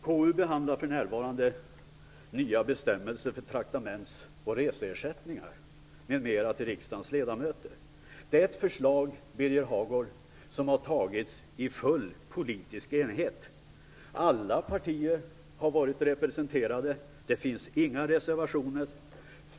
KU behandlar för närvarande nya bestämmelser för traktaments och reseersättningar m.m. till riksdagens ledamöter. Det är ett förslag som har tagits i full politisk enighet. Alla partier har varit representerade. Det finns inga reservationer.